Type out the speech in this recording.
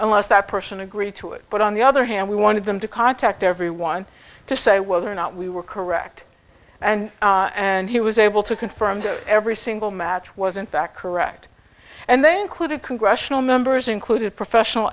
unless that person agreed to it but on the other hand we wanted them to contact everyone to say whether or not we were correct and and he was able to confirm that every single match was in fact correct and they included congressional members included professional